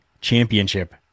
Championship